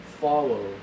Follow